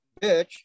bitch